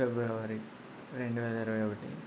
ఫిబ్రవరి రెండు వేల ఇరవై ఒకటి